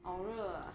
好热 ah